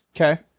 Okay